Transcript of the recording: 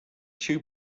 too